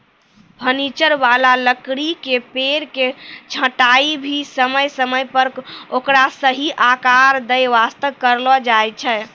furniture वाला लकड़ी के पेड़ के छंटाई भी समय समय पर ओकरा सही आकार दै वास्तॅ करलो जाय छै